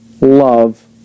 love